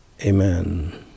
amen